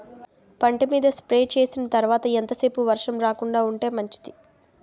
పంట మీద స్ప్రే చేసిన తర్వాత ఎంత సేపు వర్షం రాకుండ ఉంటే మంచిది?